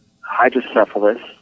hydrocephalus